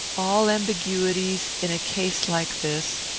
all ambiguities, in a case like this,